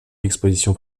l’exposition